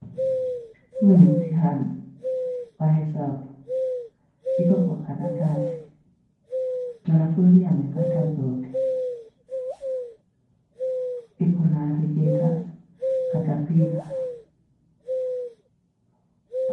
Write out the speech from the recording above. Huu ni mtihani wa hesabu . Iko kwa karatasi . Mwanafunzi amepata zote. Iko na allegators, catepillars .